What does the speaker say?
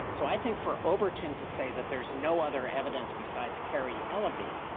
so i think for overton to say that there's no other evidence besides carrie eleby,